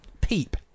peep